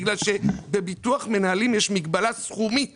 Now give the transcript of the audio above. בגלל שבביטוח מנהלים יש מגבלה סכומית